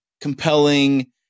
compelling